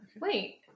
Wait